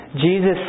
...Jesus